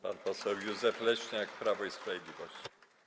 Pan poseł Józef Leśniak, Prawo i Sprawiedliwość.